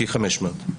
כ-500.